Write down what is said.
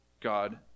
God